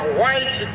white